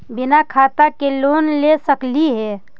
बिना खाता के लोन ले सकली हे?